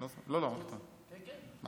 לא, לא, מה